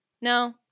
no